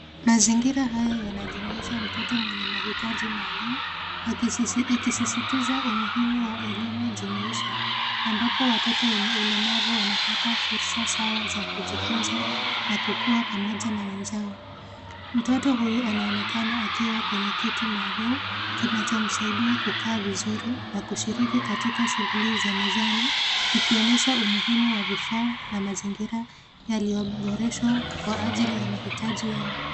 Mazingira haya yanajumuisha mtoto mwenye mahitaji maalum ikisisitiza umuhimu wa elimu jumuisha ambapo watoto wenye ulemavu wanapata fursa sawa za kujifunza na kukua pamoja na wenzao. Mtoto huyu anaonekana akiwa kwenye kiti maalum kinachomsaidia kukaa vizuri na kushiriki katika shughuli za mezani ikionyesha umuhimu wa vifaa na mazingira yaliyoboreshwa kwa ajili ya mahitaji yao.